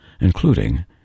including